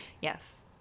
Yes